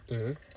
mmhmm